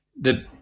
the-